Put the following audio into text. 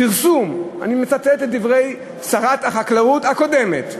פרסום" אני מצטט את דברי שרת החקלאות הקודמת,